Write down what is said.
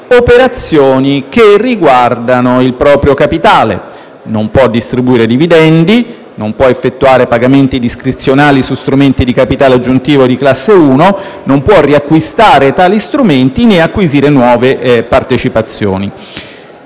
operazioni che riguardano il proprio capitale: non può distribuire dividendi, non può effettuare pagamenti discrezionali su strumenti di capitale aggiuntivo di classe 1, non può riacquistare tali strumenti né acquisire nuove partecipazioni.